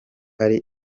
ari